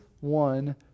one